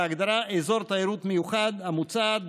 בהגדרה "אזור תיירות מיוחד" המוצעת,